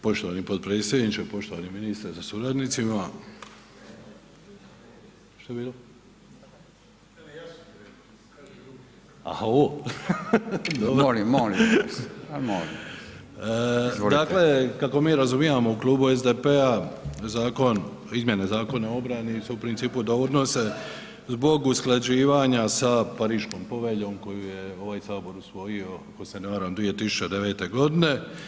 Poštovani potpredsjedniče, poštovani ministre sa suradnicima, dakle kao bi razumijevamo u Klubu SDP-a zakon, izmjene Zakona o obrani se u principu donose zbog usklađivanja sa Pariškom poveljom koju je ovaj sabor usvojio ako se ne varam 2009. godine.